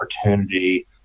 opportunity